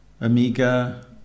Amiga